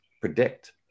predict